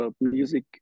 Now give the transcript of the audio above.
music